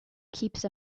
keeps